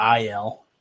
IL